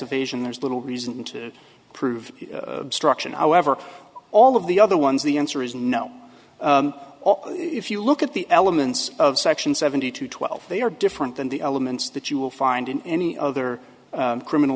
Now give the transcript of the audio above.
evasion there's little reason to prove struction however all of the other ones the answer is no if you look at the elements of section seventy two twelve they are different than the elements that you will find in any other criminal